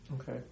Okay